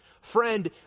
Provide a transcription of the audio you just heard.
friend